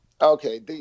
Okay